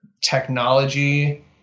technology